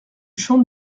champ